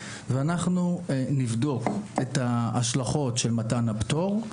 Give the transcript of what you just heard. ושאנחנו נבדוק את ההשלכות של מתן הפטור,